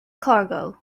cargo